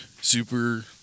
super